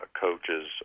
coaches